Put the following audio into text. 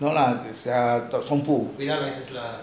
no lah the chong fu